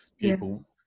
people